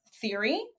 theory